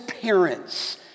parents